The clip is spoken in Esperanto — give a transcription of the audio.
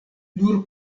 nur